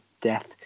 death